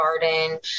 garden